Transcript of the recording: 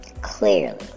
Clearly